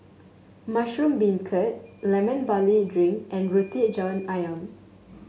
Mushroom Beancurd Lemon Barley Drink and Roti John ayam